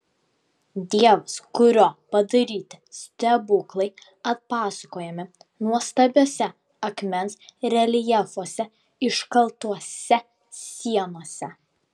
dievas kurio padaryti stebuklai atpasakojami nuostabiuose akmens reljefuose iškaltuose sienose